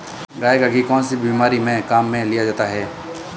गाय का घी कौनसी बीमारी में काम में लिया जाता है?